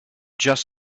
just